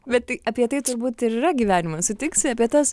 bet tai apie tai turbūt ir yra gyvenimas sutiksi apie tas